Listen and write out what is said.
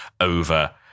over